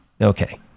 Okay